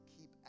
keep